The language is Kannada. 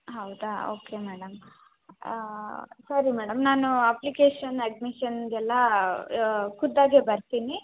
ಹೌದಾ ಓಕೆ ಮೇಡಮ್ ಸರಿ ಮೇಡಮ್ ನಾನು ಅಪ್ಲಿಕೇಶನ್ ಅಡ್ಮಿಷನ್ನಿಗೆಲ್ಲಾ ಖುದ್ದಾಗಿ ಬರ್ತೀನಿ